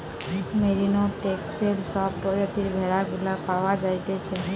merino, Texel সব প্রজাতির ভেড়া গুলা পাওয়া যাইতেছে